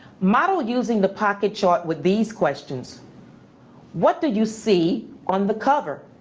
model using the pocket chart with these questions what did you see on the cover?